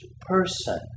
person